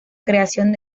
creación